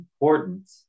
important